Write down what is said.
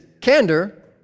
candor